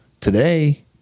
Today